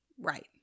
right